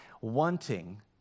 wanting